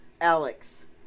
Alex